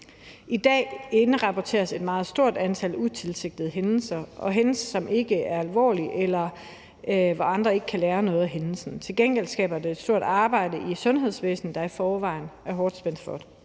I dag indrapporteres et meget stort antal utilsigtede hændelser og hændelser, som ikke er alvorlige, eller hvor andre ikke kan lære noget af hændelsen. Til gengæld skaber det et stort arbejde i sundhedsvæsenet, der i forvejen er hårdt spændt for.